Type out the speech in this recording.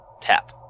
tap